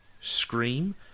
Scream